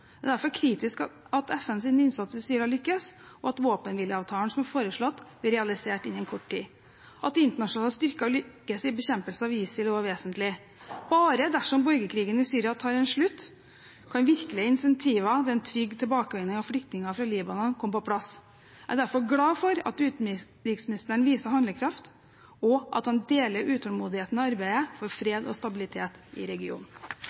Det er derfor kritisk at FNs innsats i Syria lykkes, og at våpenhvileavtalen som er foreslått, blir realisert innen kort tid. At internasjonale styrker lykkes i bekjempelsen av ISIL, er også vesentlig. Bare dersom borgerkrigen i Syria tar en slutt, kan virkelige incentiver til en trygg tilbakevending av flyktninger fra Libanon komme på plass. Jeg er derfor glad for at utenriksministeren viser handlekraft, og at han deler utålmodigheten i arbeidet for fred og stabilitet i denne regionen.